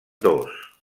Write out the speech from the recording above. dos